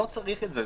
לא צריך את זה.